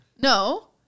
No